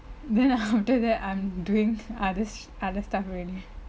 then after that I'm doing other other stuff already